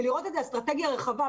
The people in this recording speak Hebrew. ולראות את האסטרטגיה הרחבה.